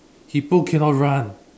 hippo cannot run